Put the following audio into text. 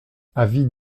avis